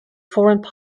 foreign